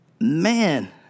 Man